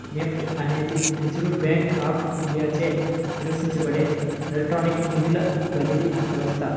NEFT అనేది reserve bank of ఇండియాచే నిర్వహించబడే ఎలక్ట్రానిక్ నిధుల బదిలీ వ్యవస్థ